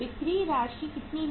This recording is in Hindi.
बिक्री राशि कितनी है